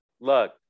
look